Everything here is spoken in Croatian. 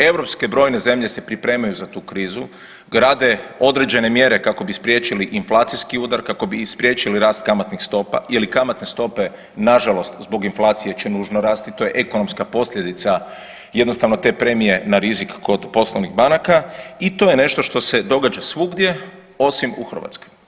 Europske brojne zemlje se pripremaju za tu krizu, grade određene mjere kako bi spriječili inflacijski udar, kako bi spriječili rast kamatnih stopa, jer kamatne stope na žalost zbog inflacije će nužno rasti, to je ekonomska posljedica jednostavno te premije na rizik kod poslovnih banaka i to je nešto što se događa svugdje osim u Hrvatskoj.